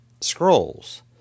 scrolls